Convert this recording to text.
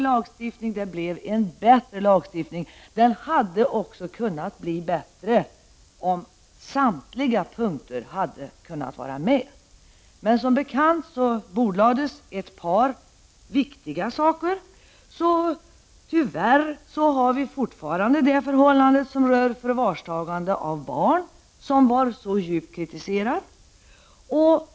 Lagstiftningen blev klarare och bättre, men den hade kunnat blir ännu bättre om samtliga punkter hade kunnat tas med. Men som alla känner till bordlades ett par viktiga punkter och därför råder tyvärr fortfarande det förhållandet som rör förvarstagande av barn, vilket kritiserats hårt.